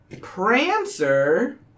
Prancer